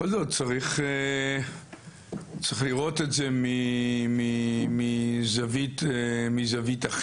בכל זאת צריך לראות את זה מזווית אחרת.